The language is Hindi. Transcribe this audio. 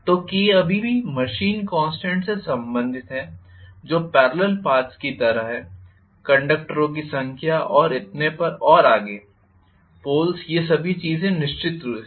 तो Kअभी भी मशीन कॉन्स्टेंट से संबंधित है जो पेरलल पाथ्स की तरह हैं कंडक्टरों की संख्या और इतने पर और आगे पोल्स ये सभी चीजें निश्चित रूप से